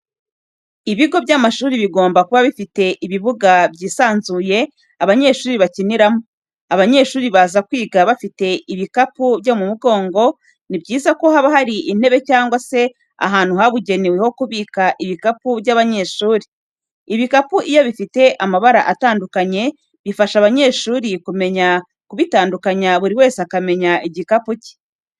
Ibigo by'amashuri bigomba kuba bifite ibibuga byisanzuye abanyeshuri bakiniramo. Abanyeshuri baza kwiga bafite ibikapu byo mu mugongo, ni byiza ko haba hari intebe cyangwa se ahantu habugenewe ho kubika ibikapu by'abanyeshuri. Ibikapu iyo bifite amabara atandukanye bifasha abanyeshuri kumenya kubitandukanya buri wese akamenya igikapu cye.